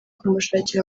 kumushakira